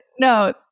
No